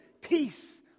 peace